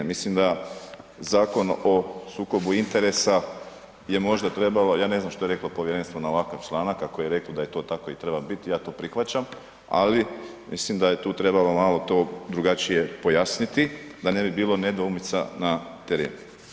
Mislim da Zakon o sukobu interesa je možda trebala, ja ne znam što je reklo povjerenstvo na ovakav članak, ako je reklo da je to tako i treba biti, ja to prihvaćam, ali mislim da je tu trebalo malo to drugačije pojasniti da ne bi bilo nedoumica na terenu.